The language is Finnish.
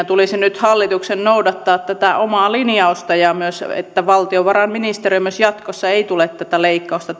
tulisi nyt hallituksen noudattaa tätä omaa linjaustaan ja myös että valtiovarainministeriö jatkossa ei tulisi tätä leikkausta